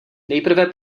nejprve